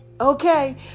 okay